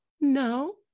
no